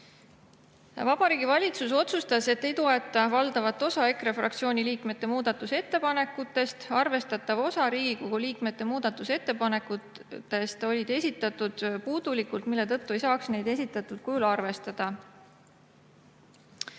Vabariigi Valitsus otsustas, et ei toeta valdavat osa EKRE fraktsiooni liikmete muudatusettepanekutest. Arvestatav osa Riigikogu liikmete ettepanekutest oli esitatud puudulikult, mille tõttu ei saaks neid esitatud kujul arvestada.